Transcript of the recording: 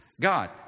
god